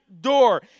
Door